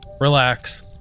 relax